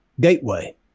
gateway